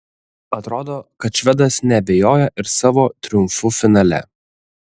atrodo kad švedas neabejoja ir savo triumfu finale